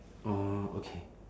orh okay